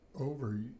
over